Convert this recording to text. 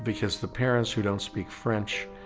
because the parents who don't speak french